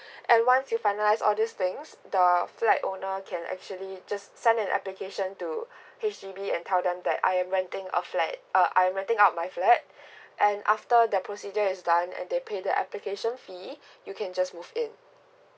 and once you finalize all this things the err flat owner can actually just send an application to H_D_B and tell them that I am renting a flat uh I'm renting out my flat and after the procedure is done and they pay the application fee you can just move in